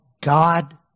God